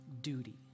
duty